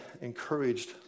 encouraged